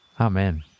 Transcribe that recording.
Amen